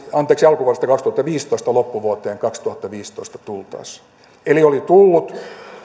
alkuvuodesta kaksituhattaviisitoista loppuvuoteen kaksituhattaviisitoista tultaessa eli oli tullut